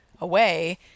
away